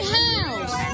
house